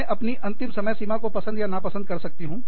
मैं अपनी अंतिम समय सीमा को पसंद या नापसंद कर सकता हूँ